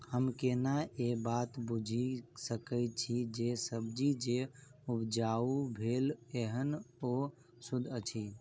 हम केना ए बात बुझी सकैत छी जे सब्जी जे उपजाउ भेल एहन ओ सुद्ध अछि?